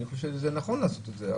אני חושב שזה נכון לעשות את זה.